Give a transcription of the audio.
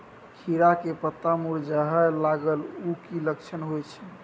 खीरा के पत्ता मुरझाय लागल उ कि लक्षण होय छै?